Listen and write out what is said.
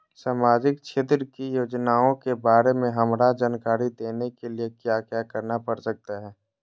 सामाजिक क्षेत्र की योजनाओं के बारे में हमरा जानकारी देने के लिए क्या क्या करना पड़ सकता है?